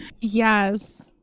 Yes